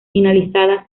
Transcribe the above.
finalizada